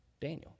Daniel